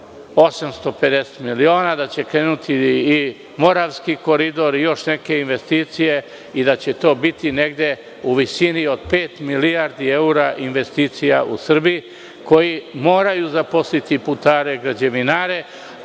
850 miliona, da će krenuti i Moravski koridor i još neke investicije i da će to biti negde u visini od pet milijardi evra investicija u Srbiji, koje moraju zaposlite putare i građevinare,